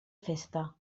festa